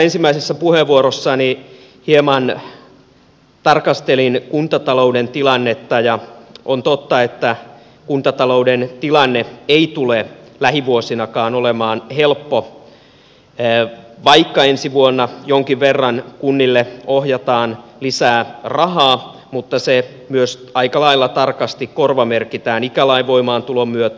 ensimmäisessä puheenvuorossani hieman tarkastelin kuntatalouden tilannetta ja on totta että kuntatalouden tilanne ei tule lähivuosinakaan olemaan helppo vaikka ensi vuonna jonkin verran kunnille ohjataan lisää rahaa mutta se myös aika lailla tarkasti korvamerkitään ikälain voimaantulon myötä